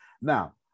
Now